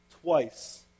twice